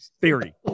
theory